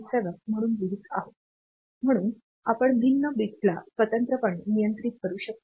7 म्हणून लिहित आहोत म्हणून आपण भिन्न बिट्सला स्वतंत्रपणे नियंत्रित करू शकतो